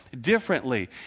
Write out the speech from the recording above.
differently